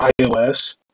iOS